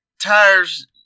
tires